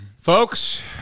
Folks